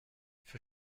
für